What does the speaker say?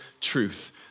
truth